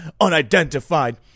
unidentified